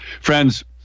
Friends